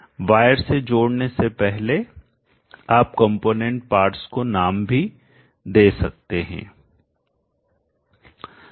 wire से जोड़ने से पहले आप कंपोनेंट पार्ट्स को नाम भी दे सकते हैं